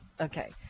okay